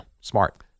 Smart